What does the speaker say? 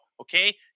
okay